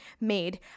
made